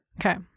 Okay